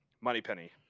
Moneypenny